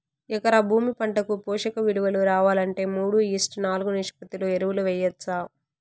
ఎకరా భూమి పంటకు పోషక విలువలు రావాలంటే మూడు ఈష్ట్ నాలుగు నిష్పత్తిలో ఎరువులు వేయచ్చా?